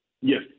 Yes